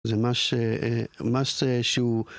זה מה ש... מה שצריך שהוא...